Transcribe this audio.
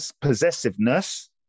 possessiveness